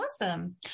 Awesome